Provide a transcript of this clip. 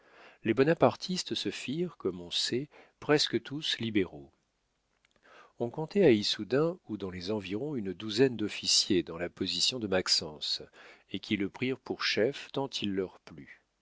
les bonapartistes se firent comme on sait presque tous libéraux on comptait à issoudun ou dans les environs une douzaine d'officiers dans la position de maxence et qui le prirent pour chef tant il leur plut